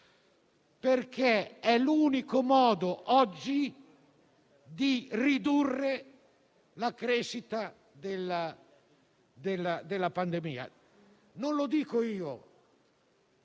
questo è l'unico modo oggi di ridurre la crescita della pandemia. E non lo dico solo